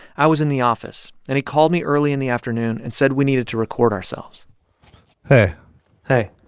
i was in the office, and he called me early in the afternoon and said we needed to record ourselves hey hey